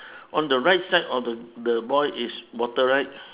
on the right side of the the boy is water right